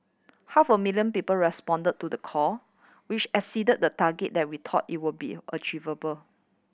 half a million people responded to the call which exceeded the target that we thought it would be achievable